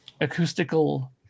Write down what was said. acoustical